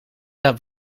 dat